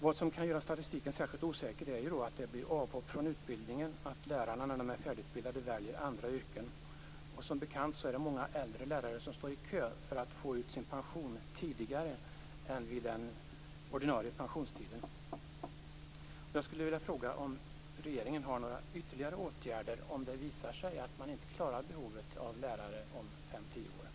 Vad som kan göra statistiken särskilt osäker är att det blir avhopp från utbildningen och att lärarna när de är färdigutbildade väljer andra yrken. Som bekant står många äldre lärare i kö för att få ut sin pension tidigare än vid ordinarie pensionstid. Har regeringen förslag till ytterligare åtgärder om det visar sig att man inte klarar behovet av lärare om 5-10 år?